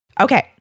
Okay